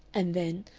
and then,